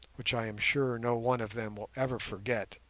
which i am sure no one of them will ever forget,